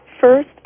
First